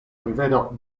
rivero